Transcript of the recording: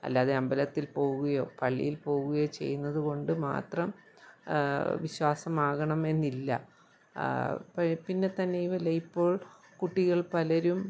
അല്ലാതെ അമ്പലത്തിൽ പോവുകയോ പള്ളിയിൽ പോവുകയോ ചെയ്യുന്നത് കൊണ്ട് മാത്രം വിശ്വാസമാകണമെന്നില്ല ഇപ്പം പിന്നെ തന്നെയുമല്ല ഇപ്പോൾ കുട്ടികൾ പലരും